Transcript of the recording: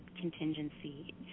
contingency